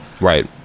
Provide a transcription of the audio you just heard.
right